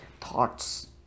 thoughts